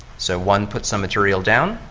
so one puts some material down,